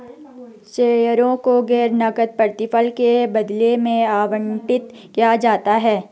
शेयरों को गैर नकद प्रतिफल के बदले में आवंटित किया जाता है